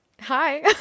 Hi